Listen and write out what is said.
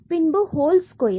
பின்பு whole square